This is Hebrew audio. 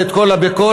ואת כל הביקורת,